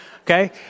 okay